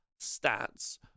stats